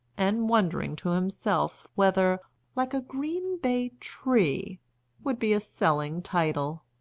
and wondering to himself whether like a green bay tree would be a selling title.